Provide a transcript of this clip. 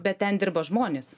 bet ten dirba žmonės